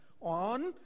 on